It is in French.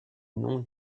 nom